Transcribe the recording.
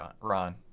Ron